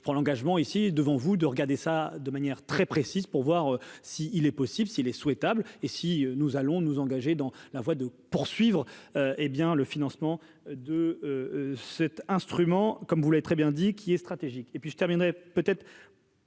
je prends l'engagement ici devant vous, de regarder ça de manière très précise pour voir si il est possible s'il est souhaitable, et si nous allons nous engager dans la voie de poursuivre, hé bien le financement de cet instrument, comme vous l'avez très bien dit qu'est stratégique et puis je terminerai peut-être.